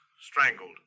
strangled